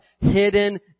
hidden